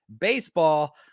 Baseball